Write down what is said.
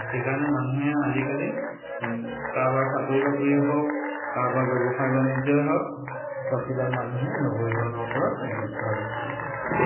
সেইকাৰণে মানুহে আজিকালি কাৰোবাৰ চাকৰি বাকৰিয়েই হক কাৰোবাৰ ব্যৱসায় বাণিজ্যই হওক চববিলাক মানুহে নগৰীকৰণৰ ওপৰত গুৰুত্ব আৰোপ কৰিছে